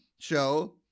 show